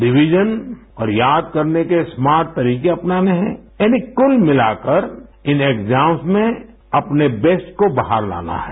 revision और याद करने के स्मार्ट तरीके अपनाने हैं यानी कूल मिलाकर इन एग्जा म्सज में अपने बेस्टी को बाहर लाना है